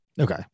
Okay